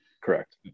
Correct